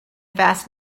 vast